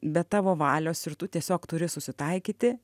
be tavo valios ir tu tiesiog turi susitaikyti